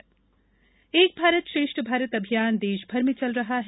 एक भारत श्रेष्ठ भारत एक भारत श्रेष्ठ भारत अभियान देश भर में चल रहा है